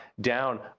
down